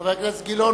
חבר הכנסת גילאון,